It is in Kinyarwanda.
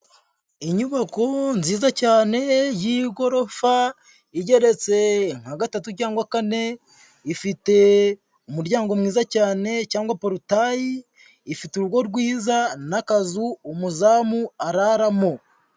Inyubako nziza cyane y'igorofa, igeretse nka gatatu cyangwa kane, ifite umuryango mwiza cyane cyangwa porutayi, ifite urugo rwiza n'akazu umuzamu araramo.